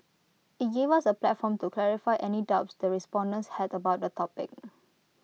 IT gave us A platform to clarify any doubts the respondents had about the topic